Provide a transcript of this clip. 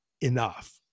enough